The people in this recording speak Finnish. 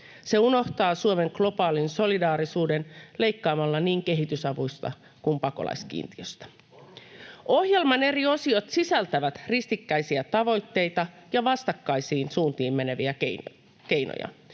Se unohtaa Suomen globaalin solidaarisuuden leikkaamalla niin kehitysavusta kuin pakolaiskiintiöstä. [Sebastian Tynkkynen: Korruptiosta!] Ohjelman eri osiot sisältävät ristikkäisiä tavoitteita ja vastakkaisiin suuntiin meneviä keinoja.